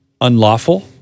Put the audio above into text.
unlawful